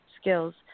skills